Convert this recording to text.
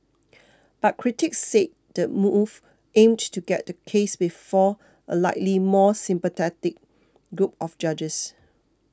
but critics said the move aimed to get the case before a likely more sympathetic group of judges